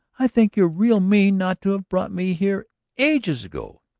i think you're real mean not to have brought me here ages ago!